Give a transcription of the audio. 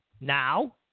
Now